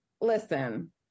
listen